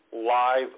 live